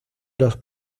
los